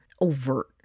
overt